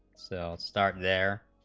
so start their